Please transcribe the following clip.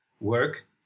work